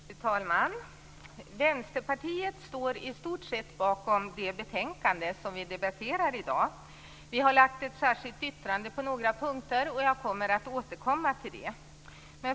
Fru talman! Vänsterpartiet står i stort sett bakom det betänkande som vi debatterar i dag. Vi har lagt ett särskilt yttrande på några punkter, och jag återkommer till dem.